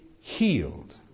healed